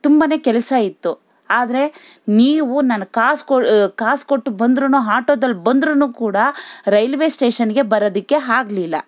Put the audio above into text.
ತುಂಬನೇ ಕೆಲಸ ಇತ್ತು ಆದರೆ ನೀವು ನನ್ನ ಕಾಸು ಕೊ ಕಾಸು ಕೊಟ್ಟು ಬಂದರೂ ಹಾಟೋದಲ್ಲಿ ಬಂದರೂ ಕೂಡ ರೈಲ್ವೆ ಸ್ಟೇಷನ್ಗೆ ಬರೋದಕ್ಕೆ ಆಗ್ಲಿಲ್ಲ